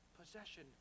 possession